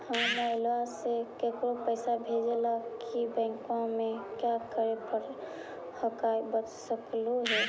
हमरा मोबाइलवा से केकरो पैसा भेजे ला की बैंकवा में क्या करे परो हकाई बता सकलुहा?